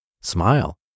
smile